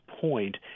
point